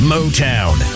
Motown